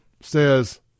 says